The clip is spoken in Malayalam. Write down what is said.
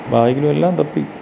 ബായ്ഗിലുമെല്ലാം തപ്പി